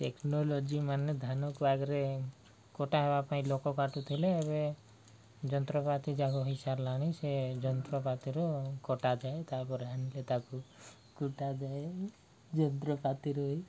technology ମାନେ ଧାନକୁ ଆଗରେ କଟା ହେବା ପାଇଁ ଲୋକ କାଟୁଥିଲେ ଏବେ ଯନ୍ତ୍ରପାତି ଯାକ ହେଇସାରିଲାଣି ସେ ଯନ୍ତ୍ରପାତିରୁ କଟାଯାଏ ତାପରେ ହେଣିଲେ ତାକୁ କୁଟାଯାଏ ଯନ୍ତ୍ରପାତି ରହି